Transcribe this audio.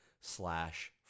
slash